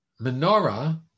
menorah